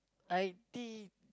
I think